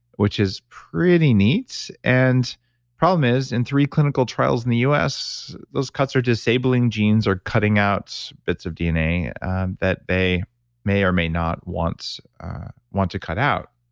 which is pretty neat and problem is, in three clinical trials in the us, those cuts are disabling genes, or cutting out bits of dna that they may or may not want to cut out.